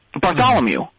Bartholomew